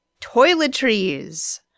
toiletries